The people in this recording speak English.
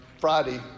Friday